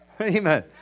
Amen